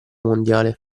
mondiale